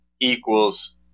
equals